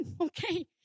Okay